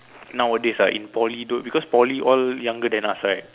nowadays ah in poly tho~ because poly all younger then us right